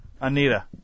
Anita